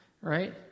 right